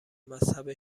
مذهب